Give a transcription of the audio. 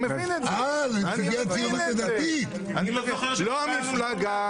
לא המפלגה.